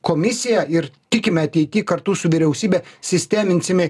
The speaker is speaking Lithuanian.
komisija ir tikime ateity kartu su vyriausybe sisteminsime